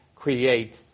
create